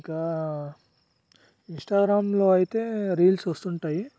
ఇంకా ఇన్స్టాగ్రాములో అయితే రీల్స్ వస్తుంటాయి